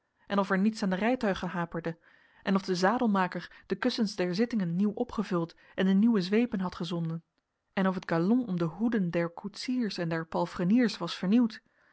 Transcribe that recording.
en of er niets aan de rijtuigen haperde en of de zadelmaker de kussens der zittingen nieuw opgevuld en de nieuwe zweepen had gezonden en of het galon om de hoeden der koetsiers en der palfreniers was vernieuwd